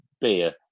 beer